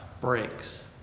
breaks